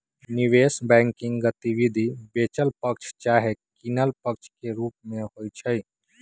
निवेश बैंकिंग गतिविधि बेचल पक्ष चाहे किनल पक्ष के रूप में होइ छइ